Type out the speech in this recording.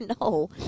No